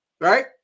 right